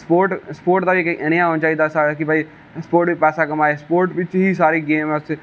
sport दा इक नेहा होना चाहिदा साढ़े कि भाई स्पोट बिच बी पैसा कमाए स्पोटस बिच ही सारी गेम ऐ